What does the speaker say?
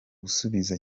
gusubiza